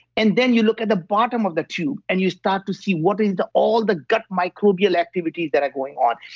and then you look at the bottom of the tube and you start to see what is the all the gut microbial activities that are going on?